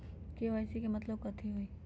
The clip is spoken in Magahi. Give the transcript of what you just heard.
के.वाई.सी के मतलब कथी होई?